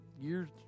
years